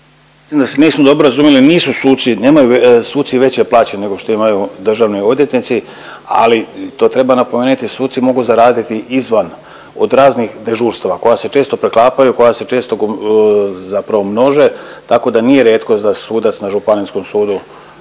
Nisam dobro razumio, nisu suci, nemaju suci veće plaće nego što imaju državni odvjetnici, ali i to treba napomenuti suci mogu zaraditi izvan od raznih dežurstava koja se često preklapaju, koja se često zapravo množe tako da nije rijetkost da sudac na županijskom sudu